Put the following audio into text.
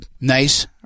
Nice